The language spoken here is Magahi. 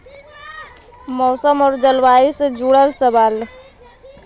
मौसम और जलवायु से जुड़ल सवाल?